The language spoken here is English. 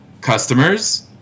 customers